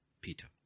Peter